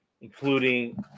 including